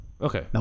Okay